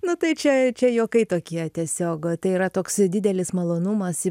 na tai čia čia juokai tokie tiesiog tai yra toks didelis malonumas